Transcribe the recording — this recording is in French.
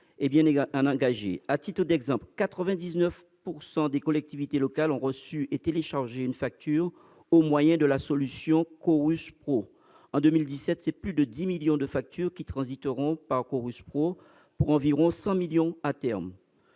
À titre d'exemple, 99 % des collectivités locales ont reçu et téléchargé une facture au moyen de la solution Chorus Pro. En 2017, plus de 10 millions de factures transiteront par ce biais, et environ 100 millions à terme.